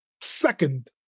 second